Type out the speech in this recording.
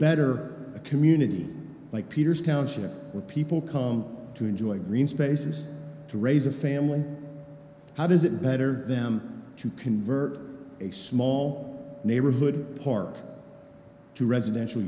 better a community like peter's council where people come to enjoy green spaces to raise a family how does it better them to convert a small neighborhood park to residential